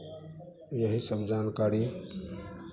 यही सब जानकारी